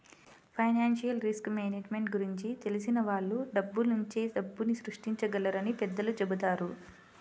financial risk management గురించి తెలిసిన వాళ్ళు డబ్బునుంచే డబ్బుని సృష్టించగలరని పెద్దలు చెబుతారు